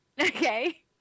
Okay